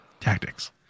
tactics